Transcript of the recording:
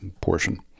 portion